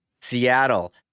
Seattle